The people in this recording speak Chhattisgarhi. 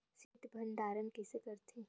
शीत भंडारण कइसे करथे?